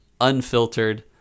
unfiltered